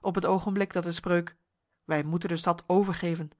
op het ogenblik dat de spreuk wij moeten de stad overgeven